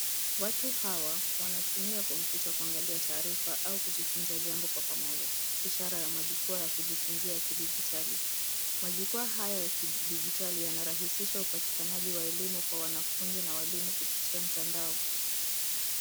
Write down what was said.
Watu hawa wanatumia kompyuta kuangalia taarifa au kujifunza jambo kwa pamoja ishara ya majukwa ya kujifunzia ya kidigitali. Majukwa haya ya kidigitali yanarahisisha upatikanaji wa elimu kwa wanafunzi na walimu kupitia mtandao.